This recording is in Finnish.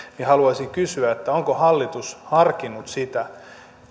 haluaisin kysyä onko hallitus harkinnut sitä